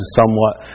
somewhat